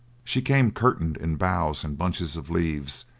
she came curtained in boughs and bunches of leaves,